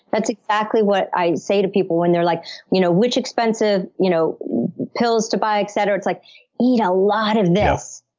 that's exactly what i say to people, when they're like you know which expensive you know pills to buy, etc. it's like eat a lot of this,